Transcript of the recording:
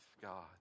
God